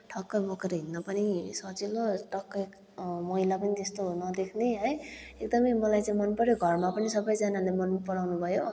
ठक्क बोकेर हिड्नु पनि सजिलो टक्क मैला पनि त्यस्तो नदेख्ने है एकदमै मलाई चाहिँ मन पऱ्यो घरमा पनि सबैजनाले मन पराउनुभयो